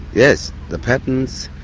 yes. the patterns.